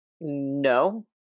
No